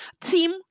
team